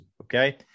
Okay